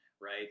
right